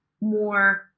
more